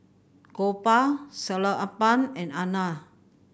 Gopal Sellapan and Anand